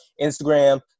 Instagram